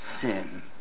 sin